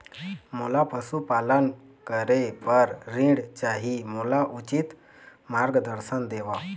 मोला पशुपालन करे बर ऋण चाही, मोला उचित मार्गदर्शन देव?